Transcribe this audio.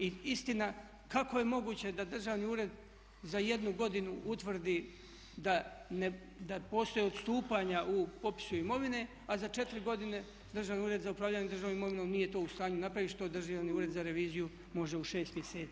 Istina, kako je moguće da Državni ured za jednu godinu utvrdi da postoje odstupanja u popisu imovine, a za 4 godine Državni ured za upravljanje državnom imovinom nije to u stanju napraviti što … Državni ured za reviziju može u 6 mjeseci napraviti.